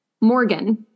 Morgan